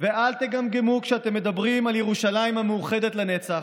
ואל תגמגמו כשאתם מדברים על ירושלים המאוחדת לנצח.